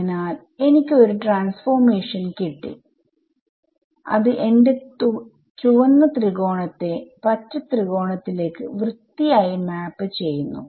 അതിനാൽ എനിക്ക് ഒരു ട്രാൻസ്ഫോർമേഷൻ കിട്ടി അത് എന്റെ ചുവന്ന ത്രികോണത്തെ പച്ച ത്രികോണത്തിലേക്ക് വൃത്തിയായി മാപ് ചെയ്യുന്നു